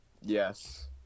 Yes